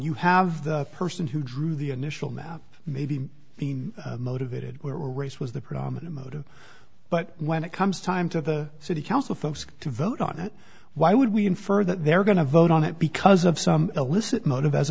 you have the person who drew the initial map maybe being motivated where race was the predominant motive but when it comes time to the city council folks to vote on it why would we infer that they're going to vote on it because of some illicit motive as